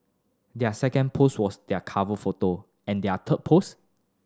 their second post was their cover photo and their third post